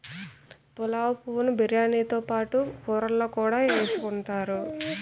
పులావు పువ్వు ను బిర్యానీతో పాటు కూరల్లో కూడా ఎసుకుంతారు